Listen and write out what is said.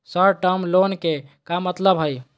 Short term loan के का मतलब हई?